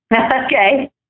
Okay